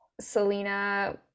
Selena